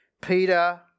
peter